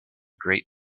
great